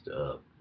up